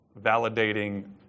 validating